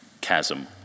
chasm